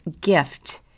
gift